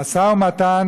המשא ומתן